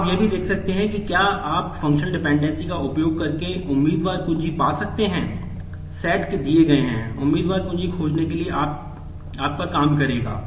आप यह भी देख सकते हैं कि क्या आप फंक्शनल डिपेंडेंसी खोजने के लिए आपका काम होगा